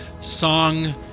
song